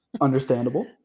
understandable